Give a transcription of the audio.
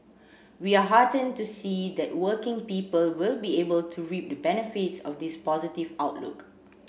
we are heartened to see that working people will be able to reap the benefits of this positive outlook